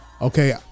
okay